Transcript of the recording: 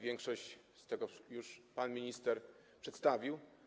Większość z tego już pan minister przedstawił.